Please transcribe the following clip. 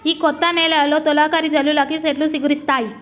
ఈ కొత్త నెలలో తొలకరి జల్లులకి సెట్లు సిగురిస్తాయి